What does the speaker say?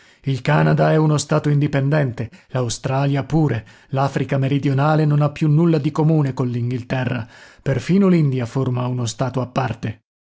il canada è uno stato indipendente l'australia pure l'africa meridionale non ha più nulla di comune coll'inghilterra perfino l'india forma uno stato a parte